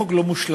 החוק לא מושלם,